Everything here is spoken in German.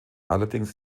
allerdings